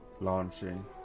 launching